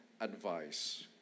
advice